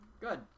Good